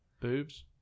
boobs